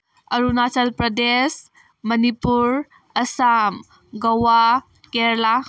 Arunachal Pradesh Manipur Assam Goa Kerala